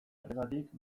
horregatik